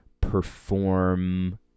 perform